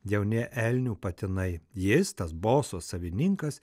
jauni elnių patinai jis tas boso savininkas